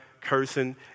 cursing